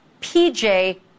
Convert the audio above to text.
PJ